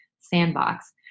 Sandbox